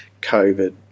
COVID